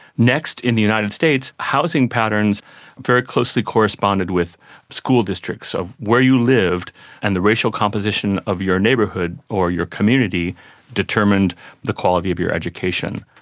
next in the united states, housing patterns very closely corresponded with school districts. where you lived and the racial composition of your neighbourhood or your community determined the quality of your education.